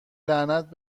لعنت